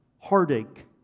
heartache